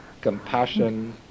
compassion